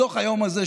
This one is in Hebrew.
בתוך היום הזה,